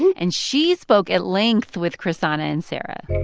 and she spoke at length with chrishana and sarah.